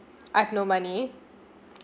I've no money